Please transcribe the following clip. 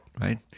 right